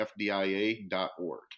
fdia.org